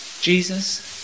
Jesus